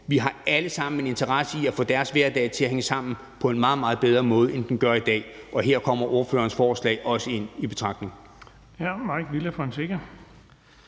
Vi har alle sammen interesse i at få deres hverdag til at hænge sammen på en meget, meget bedre måde, end den gør i dag, og her kommer ordførerens forslag også i betragtning.